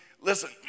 listen